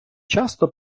часто